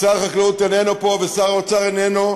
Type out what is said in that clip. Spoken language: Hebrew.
ושר החקלאות איננו פה ושר האוצר איננו,